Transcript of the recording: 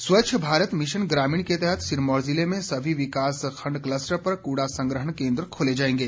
cluster Swachh Bharat mission ग्रामीण के तहत सिरमौर जिले में सभी विकास खंड कलस्टर पर कूड़ा संग्रहण केंद्र खोले जाएंगे